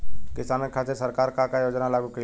किसानन के खातिर सरकार का का योजना लागू कईले बा?